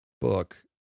book